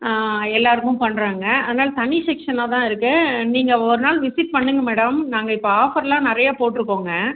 எல்லோருக்கும் பண்ணுறோங்க அதனால் தனி செக்ஷனா தான் இருக்குது நீங்கள் ஒரு நாள் விசிட் பண்ணுங்க மேடம் நாங்கள் இப்போது ஆஃபர்லாம் நிறையா போட்டிருக்கோங்க